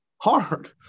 hard